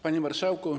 Panie Marszałku!